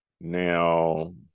now